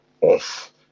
off